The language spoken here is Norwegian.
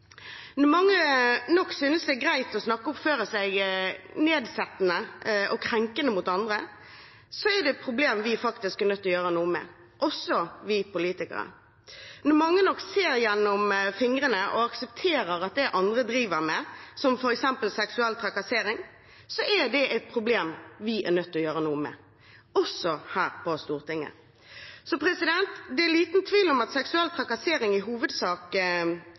Når mange nok synes det er greit å snakke nedsettende til og oppføre seg krenkende mot andre, er det er problem vi er nødt til å gjøre noe med – også vi politikere. Når mange nok ser gjennom fingrene med og aksepterer det andre driver med av f.eks. seksuell trakassering, er det et problem vi er nødt til å gjøre noe med – også her på Stortinget. Det er liten tvil om at seksuell trakassering i all hovedsak